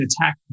attack